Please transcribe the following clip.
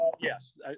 Yes